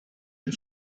une